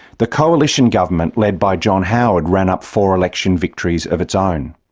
the coalition government led by john howard ran up four election victories of its own.